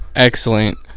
Excellent